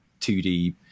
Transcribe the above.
2d